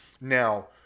Now